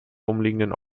umliegenden